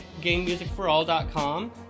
Gamemusicforall.com